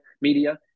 media